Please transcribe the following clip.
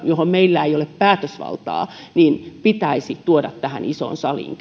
johon meillä ei ole päätösvaltaa pitäisi tuoda tähän isoon saliin